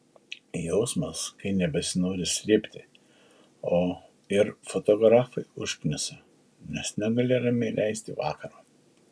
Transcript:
jausmas kai nebesinori slėpti o ir fotografai užknisa nes negali ramiai leisti vakaro